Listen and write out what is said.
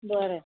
बरें